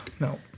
No